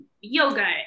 yoga